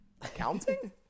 accounting